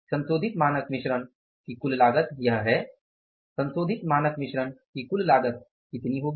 संशोधित मानक मिश्रण की कुल लागत यह है संशोधित मानक मिश्रण की कुल लागत कितनी होगी